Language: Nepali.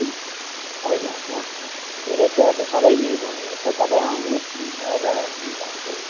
हैन हैन धेरै त अब सबै नै बढेको छ तपाईँ आउनुहोस् मिलाएर लिँदा हुँदैन